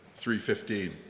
3.15